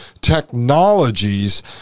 technologies